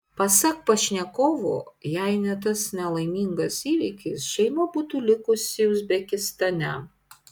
pasak pašnekovo jei ne tas nelaimingas įvykis šeima būtų likusi uzbekistane